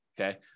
Okay